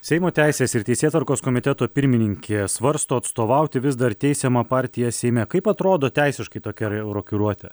seimo teisės ir teisėtvarkos komiteto pirmininkė svarsto atstovauti vis dar teisiamą partiją seime kaip atrodo teisiškai tokia reu rokiruotė